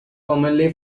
commonly